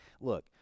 look